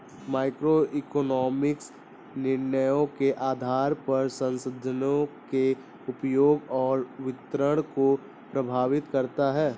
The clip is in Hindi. माइक्रोइकोनॉमिक्स निर्णयों के आधार पर संसाधनों के उपयोग और वितरण को प्रभावित करता है